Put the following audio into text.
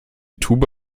tube